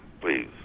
please